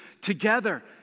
together